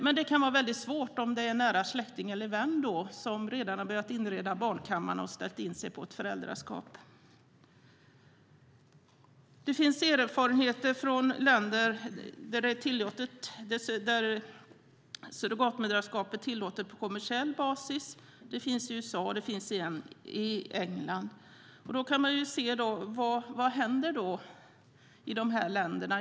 Men det kan vara väldigt svårt om det är en nära släkting eller vän som redan har börjat inreda barnkammaren och ställt in sig på ett föräldraskap. Det finns erfarenhet från länder där surrogatmoderskap är tillåtet på kommersiell basis. Det finns bland annat i USA och Indien. Vad händer då i dessa länder?